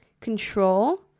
control